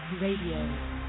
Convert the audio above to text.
Radio